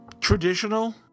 traditional